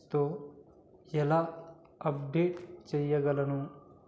తో ఎలా అప్డేట్ చెయ్యగలను